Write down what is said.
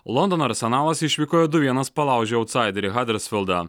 londono arsenalas išvykoje du vienas palaužė autsaiderį hadersfildą